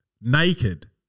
naked